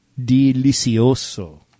Delicioso